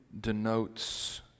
denotes